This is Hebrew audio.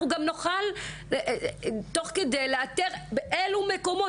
אנחנו גם נוכל תוך כדי לאתר באילו מקומות,